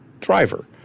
driver